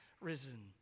risen